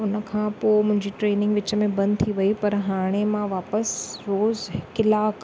उन खां पोइ मुंहिंजी ट्रेनिंग विच में बंदि थी वई पर हाणे मां वापसि रोज़ु कलाकु